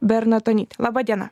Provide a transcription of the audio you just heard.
bernatonytė laba diena